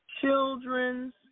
Children's